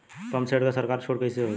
Pump set पर सरकार छूट कईसे होई?